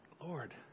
Lord